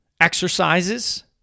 exercises